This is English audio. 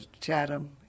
Chatham